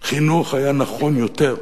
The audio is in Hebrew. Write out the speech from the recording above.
חינוך היה נכון יותר.